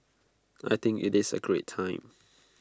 I think IT is A great time